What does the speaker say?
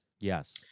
Yes